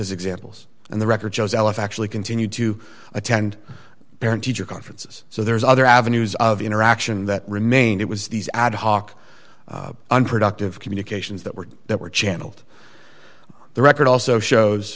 as examples and the record shows l f actually continued to attend parent teacher conferences so there's other avenues of interaction that remained it was these ad hoc unproductive communications that were that were channelled the record also shows